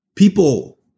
people